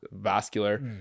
vascular